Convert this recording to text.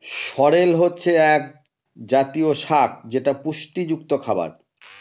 সরেল হচ্ছে এক জাতীয় শাক যেটা পুষ্টিযুক্ত খাবার